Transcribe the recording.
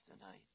tonight